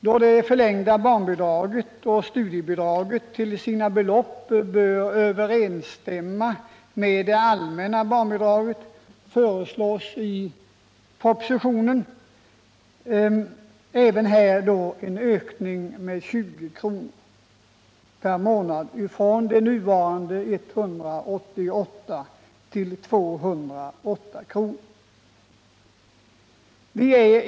Då det förlängda barnbidraget och studiebidraget till sina belopp bör överensstämma med det allmänna barnbidraget föreslås i propositionen även här en ökning med 20 kr. per månad från nuvarande 188 kr. till 208 kr.